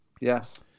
Yes